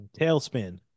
Tailspin